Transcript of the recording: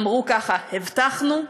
אמרו ככה: הבטחנו,